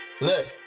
Look